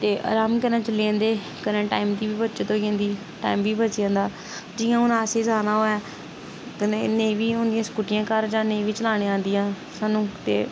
ते अराम कन्नै चली जंदे कन्नै टाइम दी बी बचत होई जंदी टाइम बी बची जंदा जियां हून असें जाना होऐ ते नेईं बी होदियां स्कूटियां घर जां नेईं बी चलाने गी आंदिया सानू ते